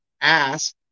ask